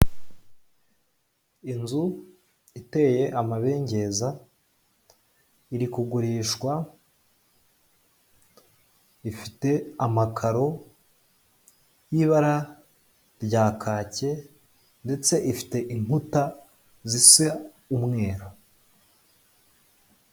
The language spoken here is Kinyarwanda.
Inzu iteye amabengeza, iri kugurishwa, ifite amakaro y'ibara rya kake, ndetse ifite inkuta zisa umweru.